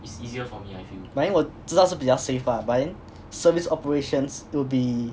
but then 我知道是比较 safe lah but then service operations will be